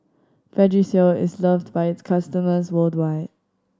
vagisil is loved by its customers worldwide